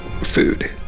food